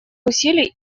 усилий